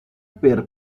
per